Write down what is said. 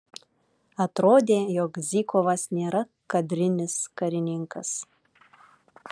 atrodė jog zykovas nėra kadrinis karininkas